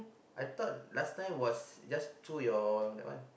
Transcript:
I thought last time was just through your that one